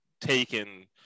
taken